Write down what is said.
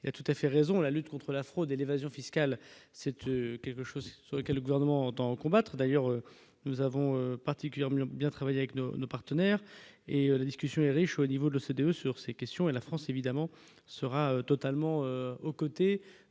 a il tout à fait raison : la lutte contre la fraude et l'évasion fiscale cette quelque chose que le gouvernement entend combattre, d'ailleurs nous avons particulièrement bien travailler avec nos, nos partenaires et la discussion est riche au niveau de l'OCDE sur ces questions, et la France évidemment sera totalement aux côtés